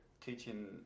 teaching